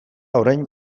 orain